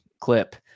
clip